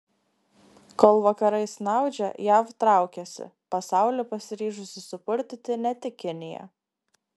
kol vakarai snaudžia jav traukiasi pasaulį pasiryžusi supurtyti ne tik kinija